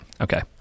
Okay